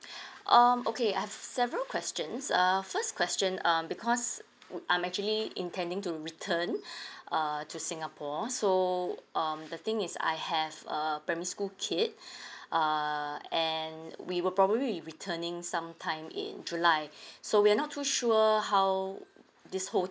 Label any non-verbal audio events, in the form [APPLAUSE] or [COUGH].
[BREATH] um okay I have several questions err first question um because uh I'm actually intending to return [BREATH] err to singapore so um the thing is I have a primary school kid [BREATH] uh and we will probably returning sometime in july [BREATH] so we are not too sure how this whole